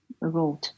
wrote